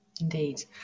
Indeed